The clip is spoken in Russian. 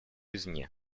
извне